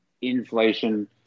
inflation